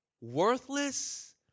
Worthless